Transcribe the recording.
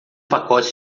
pacotes